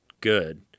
good